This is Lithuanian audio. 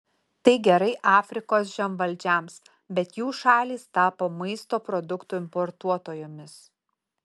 tai gerai afrikos žemvaldžiams bet jų šalys tapo maisto produktų importuotojomis